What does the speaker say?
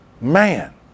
Man